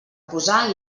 posar